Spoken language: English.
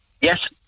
Yes